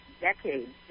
decades